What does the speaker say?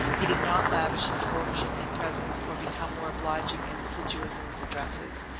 he did not lavish his fortune in presents, or become more obliging and assiduous in his addresses,